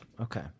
Okay